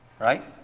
Right